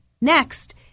Next